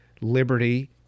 liberty